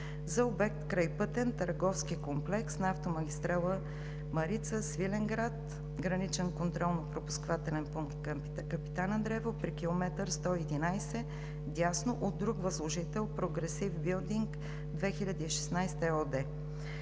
за обект: Крайпътен търговски комплекс на автомагистрала „Марица“ – Свиленград – Граничен контролно-пропускателен пункт „Капитан Андреево“ при км 111+000, дясно, от друг възложител – „Прогресив билдинг 2016“ ЕООД.